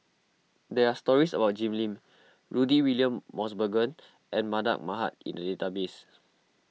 there are stories about Jim Lim Rudy William Mosbergen and Mardan Mamat in the database